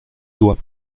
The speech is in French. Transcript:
doit